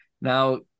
Now